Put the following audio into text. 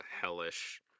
hellish